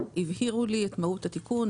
הבהירו לי את מהות התיקון,